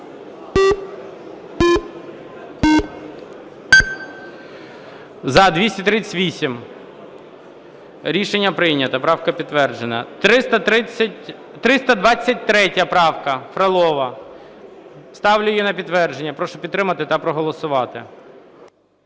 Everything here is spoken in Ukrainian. За-238 Рішення прийнято. Правка підтверджена. 323 правка, Фролова. Ставлю її на підтвердження. Прошу підтримати та проголосувати.